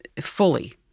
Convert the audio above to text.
fully